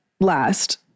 last